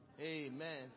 Amen